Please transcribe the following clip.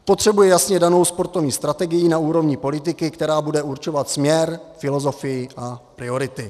Potřebujeme jasně danou sportovní strategii na úrovni politiky, která bude určovat směr, filozofii a priority.